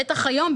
בטח היום,